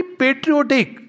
patriotic